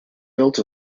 built